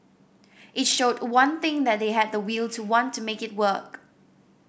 it showed one thing that they had the will to want to make it work